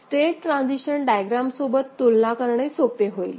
state transition diagram सोबत तुलना करणे सोपे होईल